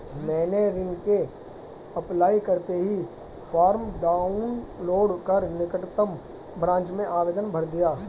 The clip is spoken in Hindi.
मैंने ऋण के अप्लाई करते ही फार्म डाऊनलोड कर निकटम ब्रांच में आवेदन भर दिया